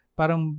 parang